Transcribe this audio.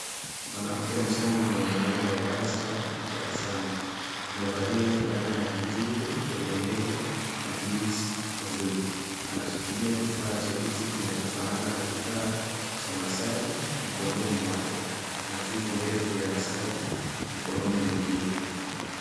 Mwanamke mchanga mwenye nywele ya rasta akitabasamu, amevalia fulana ya kijivu yenye nembo na jeans ya bluu, anashikilia kifaa cheusi kinachofanana na kifaa cha masaji mkononi mwake na fimbo ndefu ya masaji mkononi mwingine.